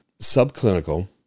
Subclinical